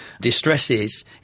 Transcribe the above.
distresses